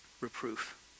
reproof